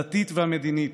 הדתית והמדינית",